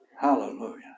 hallelujah